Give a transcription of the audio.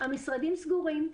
המשרדים סגורים,